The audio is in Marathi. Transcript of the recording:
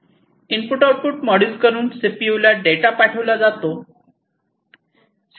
इनपुट आऊटपुट मॉड्यूल कडून सीपीयू ला डेटा पाठवला जातो